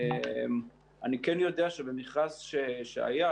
אני כן יודע שבמכרז שהיה,